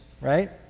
right